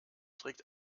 trägt